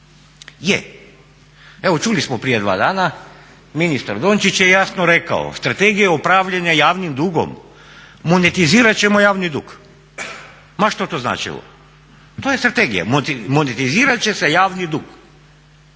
Je, evo čuli smo prije dva dana ministar Dončić je jasno rekao strategija upravljanja javnim dugom, monetizirati ćemo javni dug ma što to značilo. To je strategija, monetizirati će se javni dug,